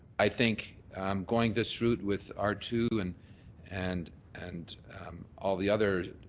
i think going this route with r two and and and all the other